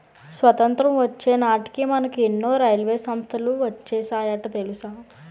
స్వతంత్రం వచ్చే నాటికే మనకు ఎన్నో రైల్వే సంస్థలు వచ్చేసాయట తెలుసా